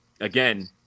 again